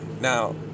now